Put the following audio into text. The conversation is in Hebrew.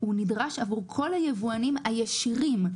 הוא נדרש עבור כל היבואנים הישירים.